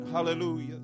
Hallelujah